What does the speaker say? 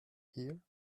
here